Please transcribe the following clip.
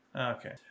Okay